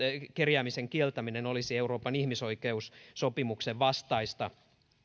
kerjäämisen kieltäminen olisi siis euroopan ihmisoikeussopimuksen vastaista